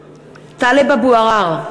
(קוראת בשמות חברי הכנסת) טלב אבו עראר,